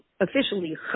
officially